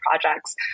projects